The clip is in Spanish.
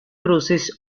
crucis